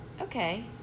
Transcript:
okay